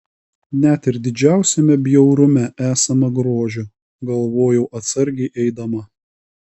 net ir didžiausiame bjaurume esama grožio galvojau atsargiai eidama